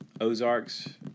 Ozarks